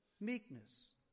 meekness